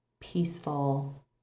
Peaceful